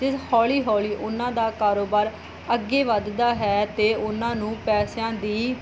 ਅਤੇ ਹੌਲੀ ਹੌਲੀ ਉਹਨਾਂ ਦਾ ਕਾਰੋਬਾਰ ਅੱਗੇ ਵਧਦਾ ਹੈ ਅਤੇ ਉਹਨਾਂ ਨੂੰ ਪੈਸਿਆਂ ਦੀ